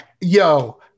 yo